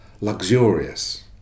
luxurious